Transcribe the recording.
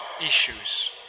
issues